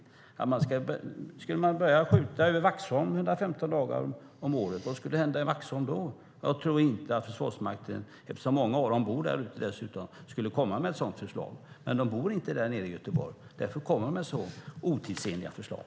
Vad skulle hända i Vaxholm om man började skjuta över Vaxholm 115 dagar om året? Jag tror inte att Försvarsmakten - många av dem bor där ute - skulle komma med ett sådant förslag. Men de bor inte nere i Göteborg. Därför kommer de med så otidsenliga förslag.